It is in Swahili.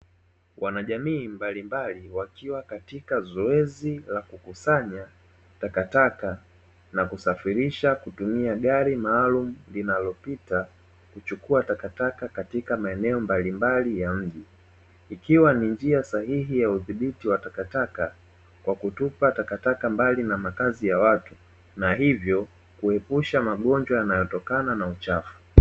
Wanajamii mbalimbali wakiwa katika zoezi la kukusanya utakataka na kusafirisha kutumia gari maalum linalopita, kuchukua takataka katika maeneo mbalimbali ya mji ikiwa ni njia sahihi ya udhibiti wa takataka kwa kutupa takataka mbali na makazi ya watu ,na hivyo kuepusha magonjwa yanayotokana na uchafu.